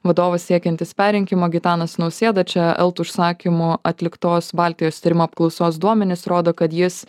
vadovas siekiantis perrinkimo gitanas nausėda čia elt užsakymu atliktos baltijos tyrimų apklausos duomenys rodo kad jis